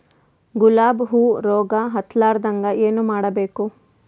ಗುಲಾಬ್ ಹೂವು ರೋಗ ಹತ್ತಲಾರದಂಗ ಏನು ಮಾಡಬೇಕು?